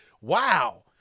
Wow